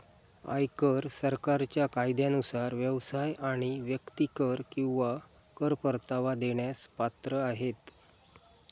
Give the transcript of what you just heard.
आयकर सरकारच्या कायद्यानुसार व्यवसाय आणि व्यक्ती कर किंवा कर परतावा देण्यास पात्र आहेत